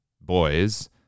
boys